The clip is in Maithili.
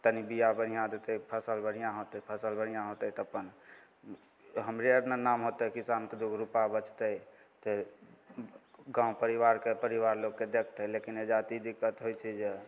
तनि बीआ बढ़िआँ देतै फसिल बढ़िआँ होतै फसिल बढ़िआँ होतै तऽ अपन हमरे आओर ने नाम होतै किसानके दुइ गो रुपा बचतै गाम परिवारके परिवार लोकके देखतै लेकिन एहिजाँ तऽ ई दिक्कत होइ छै जे